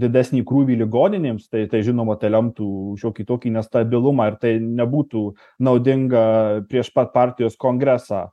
didesnį krūvį ligoninėms tai tai žinoma tai lemtų šiokį tokį nestabilumą ir tai nebūtų naudinga prieš pat partijos kongresą